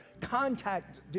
contact